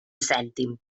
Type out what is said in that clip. cèntim